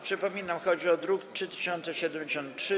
Przypominam, chodzi o druk nr 3073.